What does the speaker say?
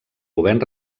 govern